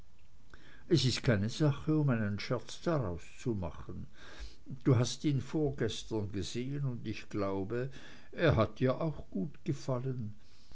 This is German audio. es ist keine sache um einen scherz daraus zu machen du hast ihn vorgestern gesehen und ich glaube er hat dir auch gut gefallen